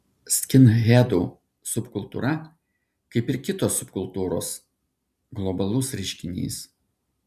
skinhedų subkultūra kaip ir kitos subkultūros globalus reiškinys